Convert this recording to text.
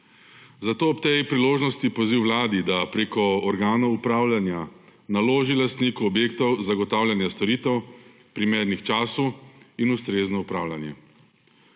Zato ob tej priložnosti poziv Vladi, da preko organov upravljanja naloži lastniku objektov zagotavljanje storitev, primernih času in ustrezno upravljanje.